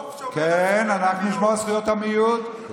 כן, נשמור על זכויות המיעוט.